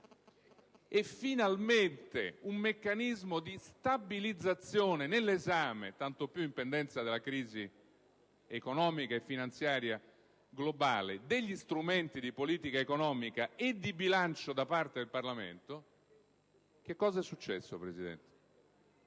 e finalmente un meccanismo di stabilizzazione nell'esame, tanto più in pendenza della crisi economica e finanziaria globale, degli strumenti di politica economica e di bilancio da parte del Parlamento, che cosa è successo, signor Presidente?